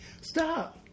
stop